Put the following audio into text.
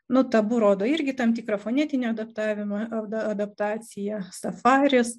nu tabu rodo irgi tam tikrą fonetinę adaptavimą adaptaciją safaris